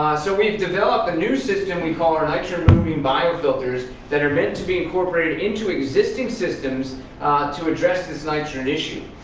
so we've developed a new system we call our nitrogen removing biofilters that are meant to be incorporated into existing systems to address this nitrogen issue.